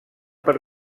per